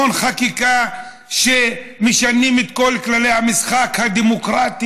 המון חקיקה שמשנים בה את כל כללי המשחק הדמוקרטיים.